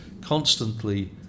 constantly